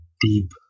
deep